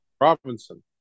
Robinson